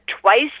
twice